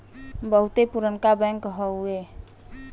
बहुते पुरनका बैंक हउए